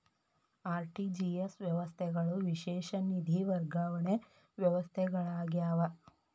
RTGS ವ್ಯವಸ್ಥೆಗಳು ವಿಶೇಷ ನಿಧಿ ವರ್ಗಾವಣೆ ವ್ಯವಸ್ಥೆಗಳಾಗ್ಯಾವ